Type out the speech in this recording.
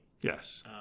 yes